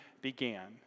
began